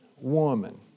woman